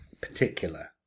particular